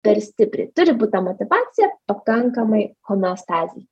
per stipriai turi but tą motyvacija pakankamai homeostazėj